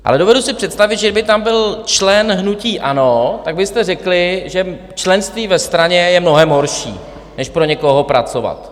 Ale dovedu si představit, že kdyby tam byl člen hnutí ANO, tak byste řekli, že členství ve straně je mnohem horší než pro někoho pracovat.